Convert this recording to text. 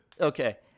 Okay